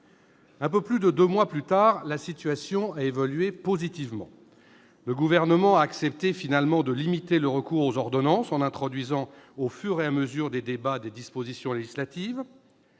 Un peu plus de trois mois plus tard, la situation a évolué positivement. Le Gouvernement a accepté de limiter le recours aux ordonnances en introduisant, au fur et à mesure des débats, des dispositions législatives.